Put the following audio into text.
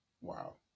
Wow